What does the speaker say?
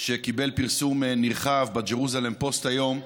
שקיבל פרסום נרחב בג'רוזלם פוסט היום.